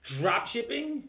Dropshipping